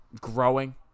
growing